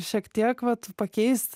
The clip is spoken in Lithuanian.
šiek tiek vat pakeist